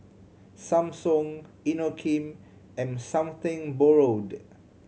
Samsung Inokim and Something Borrowed